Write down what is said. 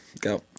go